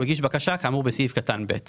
הוא הגיש בקשה כאמור בסעיף קטן (ב).